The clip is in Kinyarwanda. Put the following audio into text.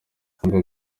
nkuko